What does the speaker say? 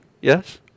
Yes